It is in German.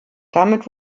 damit